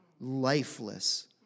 lifeless